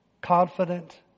confident